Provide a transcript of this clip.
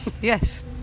yes